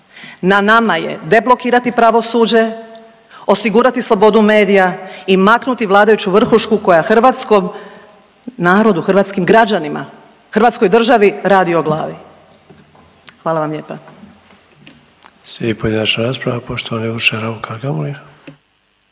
Na nama je deblokirati pravosuđe, osigurati slobodu medija i maknuti vladajuću vrhušku koja hrvatskom narodu, hrvatskim građanima, Hrvatskoj državi radi o glavi. Hvala vam lijepa.